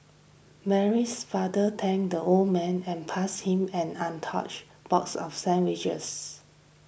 Mary's father thanked the old man and passed him an untouched box of sandwiches